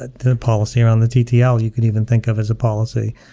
ah the policy around the ttl you can even think of as a policy.